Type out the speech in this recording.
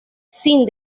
sin